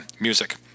music